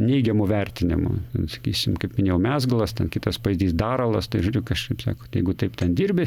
neigiamu vertinimu sakysim kaip minėjau mezgalas ten kitas pavyzdys daralas tai žodžiu kažkaip sako tai jeigu taip ten dirbi